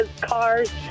cars